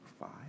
Five